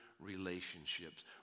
relationships